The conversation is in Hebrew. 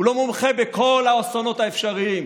הוא לא מומחה בכל האסונות האפשריים,